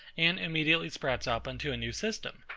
and immediately sprouts up into a new system.